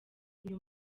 uyu